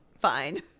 Fine